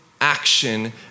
action